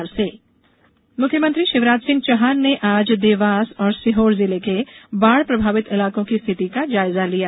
मुख्यमंत्री दौरा मुख्यमंत्री शिवराज सिंह चौहान ने आज देवास और सीहोर जिले के बाढ़ प्रभावित इलाकों की स्थिति का जायजा लिया